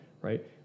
Right